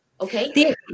Okay